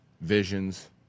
Visions